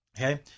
Okay